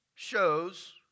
shows